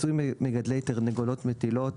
"פיצוי מגדלי תרנגולות מטילות